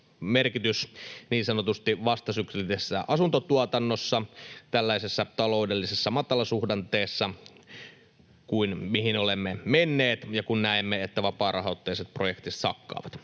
niin sanotusti vastasyklisessä asuntotuotannossa, tällaisessa taloudellisessa matalasuhdanteessa, mihin olemme menneet, kun näemme, että vapaarahoitteiset projektit sakkaavat.